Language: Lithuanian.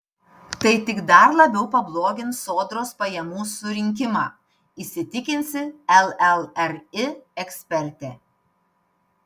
tai tik dar labiau pablogins sodros pajamų surinkimą įsitikinsi llri ekspertė